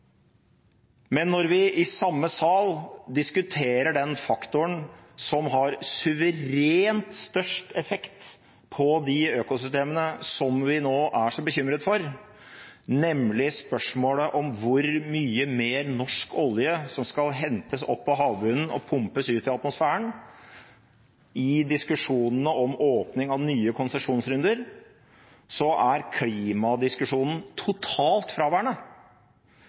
Men når vi i den samme salen diskuterer den faktoren som har suverent størst effekt på de økosystemene som vi nå er så bekymret for, nemlig spørsmålet om hvor mye mer norsk olje som skal hentes opp fra havbunnen og pumpes ut i atmosfæren, i diskusjonene om åpning av nye konsesjonsrunder, er klimadiskusjonen totalt fraværende.